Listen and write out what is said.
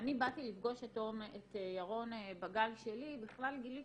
כשאני באתי לפגוש את ירון בגל שלי בכלל גיליתי